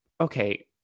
Okay